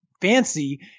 fancy